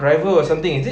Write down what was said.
driver or something is it